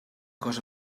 cosa